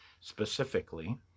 specifically